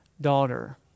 daughter